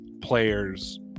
players